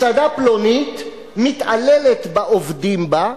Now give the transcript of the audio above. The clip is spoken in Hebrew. מסעדה פלונית מתעללת בעובדים בה,